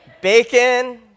Bacon